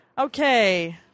Okay